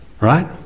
right